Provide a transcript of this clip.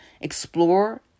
explore